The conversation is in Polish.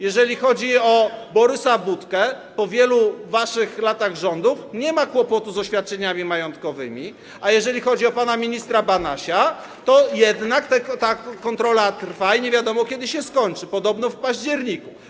Jeżeli chodzi o Borysa Budkę, po wielu latach waszych rządów nie ma kłopotu z oświadczeniami majątkowymi, a jeżeli chodzi o pana ministra Banasia, to jednak ta kontrola trwa i nie wiadomo, kiedy się skończy, podobno w październiku.